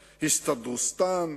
הסתדרוסטן,